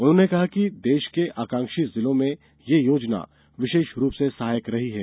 उन्होंने कहा कि देश के आकांक्षी जिलों में यह योजना विशेष रूप से सहायक रही है